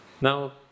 Now